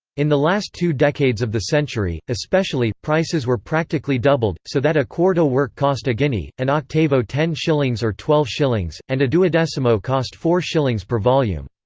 in the last two decades of the century, especially, prices were practically doubled, so that a quarto work cost a guinea, an octavo ten shillings or twelve shillings, and a duodecimo cost four shillings per volume.